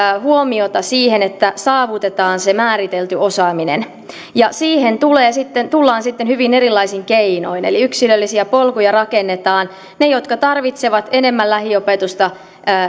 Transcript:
huomiota siihen että saavutetaan se määritelty osaaminen siihen tullaan sitten hyvin erilaisin keinoin eli yksilöllisiä polkuja rakennetaan ne jotka tarvitsevat enemmän lähiopetusta